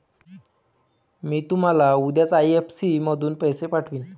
मी तुम्हाला उद्याच आई.एफ.एस.सी मधून पैसे पाठवीन